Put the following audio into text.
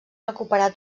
recuperar